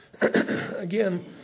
Again